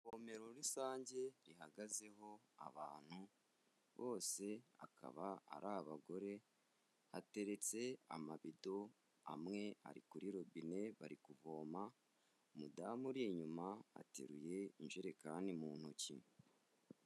Ivomero rusange rihagazeho abantu, bose bakaba ari abagore, hateretse amabido, amwe ari kuri robine bari kuvoma, umudamu uri inyuma ateruye ijerekani mu ntoki.